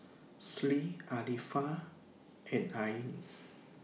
Sri Arifa and Ain